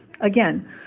Again